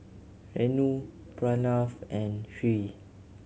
Renu Pranav and Hri